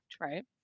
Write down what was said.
right